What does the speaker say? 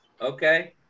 Okay